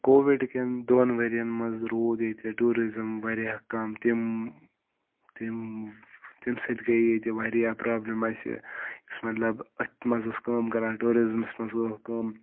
کووِڈکٮ۪ن دۄن ؤریَن منٛز روٗد ییٚتہِ ٹوٗرِزَم واریاہ کَم تِم تِم تَمہِ سۭتۍ گٔے ییٚتہِ واریاہ پرٛابلِم اَسہِ یُس مطلب أتھۍ منٛز اوس کٲم کَران ٹوٗرِزمَس منٛز اوس کٲم